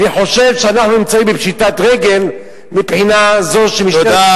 אני חושב שאנחנו נמצאים בפשיטת רגל מבחינה זו שמשטרת ישראל,